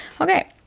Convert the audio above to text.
okay